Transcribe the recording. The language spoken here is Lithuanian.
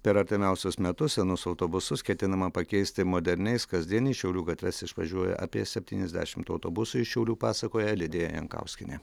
per artimiausius metus senus autobusus ketinama pakeisti moderniais kasdien į šiaulių gatves išvažiuoja apie septyniasdešim autobusų iš šiaulių pasakoja lidija jankauskienė